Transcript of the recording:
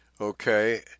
Okay